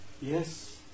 Yes